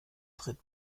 tritt